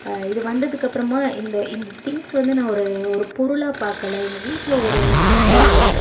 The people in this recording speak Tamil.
இது வந்ததுக்கு அப்புறமா இந்த இந்த திங்க்ஸ் வந்து நான் ஒரு ஒரு பொருளாக பார்க்கல எங்கள் வீட்டில் ஒரு ஒரு ஒரு